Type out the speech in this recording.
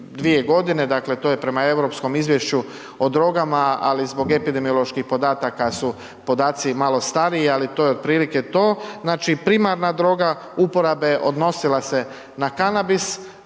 dakle, to je prema europskom izvješću o drogama, ali zbog epidemioloških podataka su podaci malo stariji, ali to je otprilike to. Znači, primarna droga uporabe odnosila se na kanabis,